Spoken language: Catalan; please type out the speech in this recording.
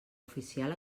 oficial